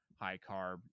high-carb